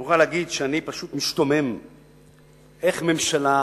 אני מוכרח להגיד שאני פשוט משתומם איך ממשלה